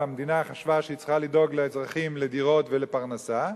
והמדינה חשבה שהיא צריכה לדאוג לאזרחים לדירות ולפרנסה.